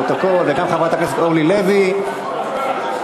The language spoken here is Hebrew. של חבר הכנסת דוד צור וקבוצת חברי כנסת,